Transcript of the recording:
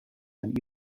and